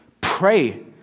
Pray